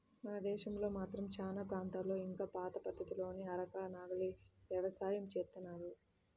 మన దేశంలో మాత్రం చానా ప్రాంతాల్లో ఇంకా పాత పద్ధతుల్లోనే అరక, నాగలి యవసాయం జేత్తన్నారు